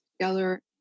together